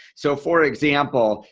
so for example,